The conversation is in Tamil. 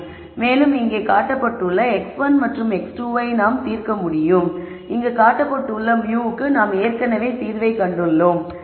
மேலும் இங்கே காட்டப்பட்டுள்ள x1 மற்றும் x2 ஐ நாம் தீர்க்க முடியும் இங்கு காட்டப்பட்டுள்ள μ க்கு நான் தீர்வை கண்டோம்